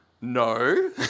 no